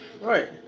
Right